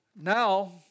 Now